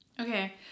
Okay